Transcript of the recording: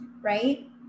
right